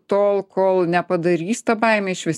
tol kol nepadarys ta baimė išvis